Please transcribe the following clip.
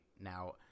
Now